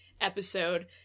episode